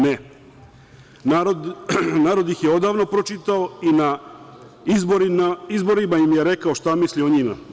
Ne, narod ih je odavno pročitao i na izborima im je rekao šta misli o njima.